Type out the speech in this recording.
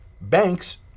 Banks